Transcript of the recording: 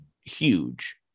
huge